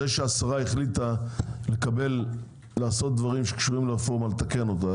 השרה החליטה לעשות דברים שקשורים לרפורמה ולתקן אותה,